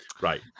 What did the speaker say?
Right